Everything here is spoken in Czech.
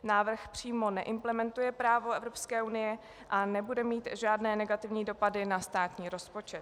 Návrh přímo neimplementuje právo Evropské unie a nebude mít žádné negativní dopady na státní rozpočet.